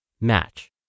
Match